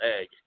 egg